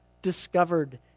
discovered